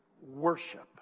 worship